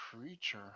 creature